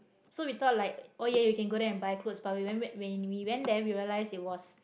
so we thought like oh ya we can go there and buy clothes but we went ba~ when we went there we realise there was